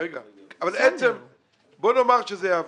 בוא נאמר שזה יעבור,